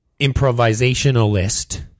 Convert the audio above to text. improvisationalist